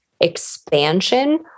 expansion